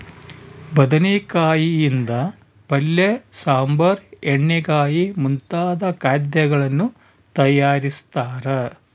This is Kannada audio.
ಬದನೆಕಾಯಿ ಯಿಂದ ಪಲ್ಯ ಸಾಂಬಾರ್ ಎಣ್ಣೆಗಾಯಿ ಮುಂತಾದ ಖಾದ್ಯಗಳನ್ನು ತಯಾರಿಸ್ತಾರ